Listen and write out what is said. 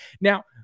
Now